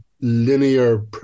linear